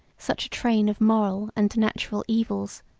such a train of moral and natural evils,